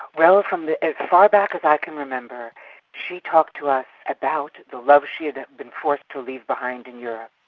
well, from as far back as i can remember she talked to us about the love she had had been forced to leave behind in europe,